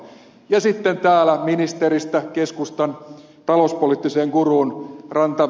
ja sitten täällä ministeristä keskustan talouspoliittista gurua ed